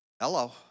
Hello